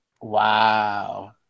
Wow